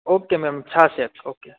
okay ma'am છાસ એક okay